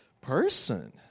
person